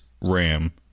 RAM